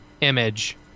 image